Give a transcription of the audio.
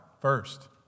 first